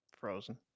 Frozen